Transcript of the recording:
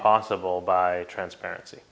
possible by transparency